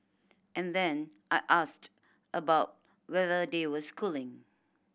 and then I asked about whether they were schooling